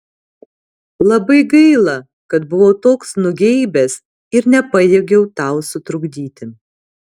labai gaila kad buvau toks nugeibęs ir nepajėgiau tau sutrukdyti